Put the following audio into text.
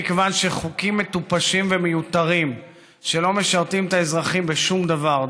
מכיוון שחוקים מטופשים ומיותרים שלא משרתים את האזרחים בשום דבר,